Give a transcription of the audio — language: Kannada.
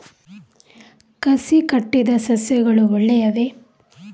ಕಸಿ ಕಟ್ಟಿದ ಸಸ್ಯಗಳು ಒಳ್ಳೆಯವೇ?